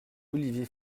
olivier